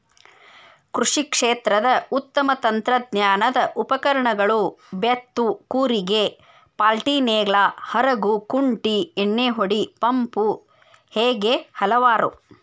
ಕೃಷಿ ಕ್ಷೇತ್ರದ ಉತ್ತಮ ತಂತ್ರಜ್ಞಾನದ ಉಪಕರಣಗಳು ಬೇತ್ತು ಕೂರಿಗೆ ಪಾಲ್ಟಿನೇಗ್ಲಾ ಹರಗು ಕುಂಟಿ ಎಣ್ಣಿಹೊಡಿ ಪಂಪು ಹೇಗೆ ಹಲವಾರು